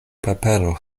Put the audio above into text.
papero